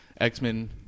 X-Men